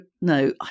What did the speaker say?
no